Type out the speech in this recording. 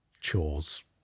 chores